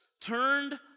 turned